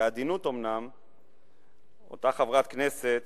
בעדינות אומנם, אותה חברת כנסת